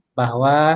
bahwa